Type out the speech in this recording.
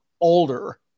older